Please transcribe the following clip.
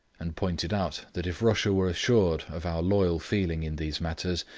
and pointed out that if russia were assured of our loyal feeling in these matters,